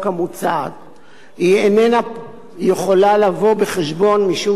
היא איננה יכולה לבוא בחשבון משום שכפי שהסברתי,